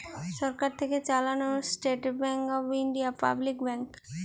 সরকার থেকে চালানো State Bank of India public bank